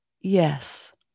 yes